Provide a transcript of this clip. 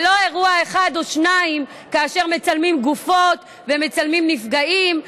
זה לא אירוע אחד או שניים שמצלמים גופות ומצלמים נפגעים.